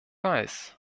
weiß